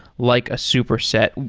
like a superset.